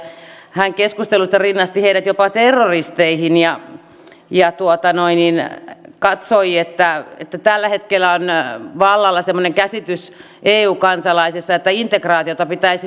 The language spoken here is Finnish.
hän keskustelussa rinnasti heidät jopa terroristeihin ja katsoi että tällä hetkellä on vallalla semmoinen käsitys eu kansalaisissa että integraatiota pitäisi syventää